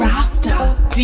Rasta